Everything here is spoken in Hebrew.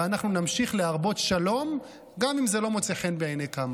ואנחנו נמשיך להרבות שלום גם אם זה לא מוצא חן בעיני כמה.